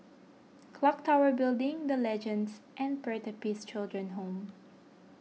Clock Tower Building the Legends and Pertapis Children Home